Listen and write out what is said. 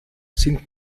sind